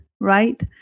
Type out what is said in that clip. right